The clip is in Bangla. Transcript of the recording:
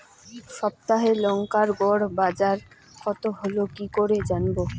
সপ্তাহে লংকার গড় বাজার কতো হলো কীকরে জানবো?